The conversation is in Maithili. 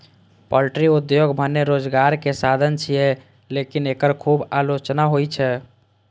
पॉल्ट्री उद्योग भने रोजगारक साधन छियै, लेकिन एकर खूब आलोचना होइ छै